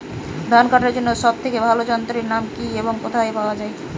ধান কাটার জন্য সব থেকে ভালো যন্ত্রের নাম কি এবং কোথায় পাওয়া যাবে?